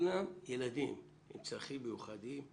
שכולה ילדים עם צרכים מיוחדים,